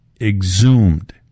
exhumed